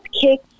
kick